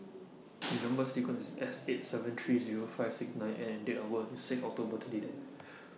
Number sequence IS S eight seven three Zero five six nine N and Date of birth IS six October twenty ten